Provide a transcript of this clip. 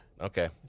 Okay